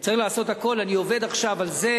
צריך לעשות הכול, אני עובד עכשיו על זה